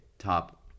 top